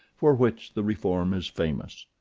for which the reform is famous.